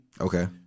Okay